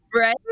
right